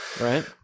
Right